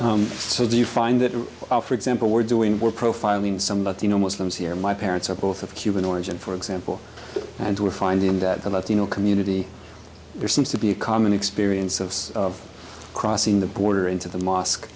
tense so do you find that for example we're doing we're profiling some latino muslims here my parents are both of cuban origin for example and we're finding that the latino community there seems to be a common experience of of crossing the border into the mosque